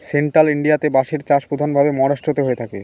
central ইন্ডিয়াতে বাঁশের চাষ প্রধান ভাবে মহারাষ্ট্রেতে হয়ে থাকে